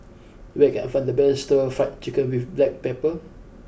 where can I find the best Stir Fried Chicken with black pepper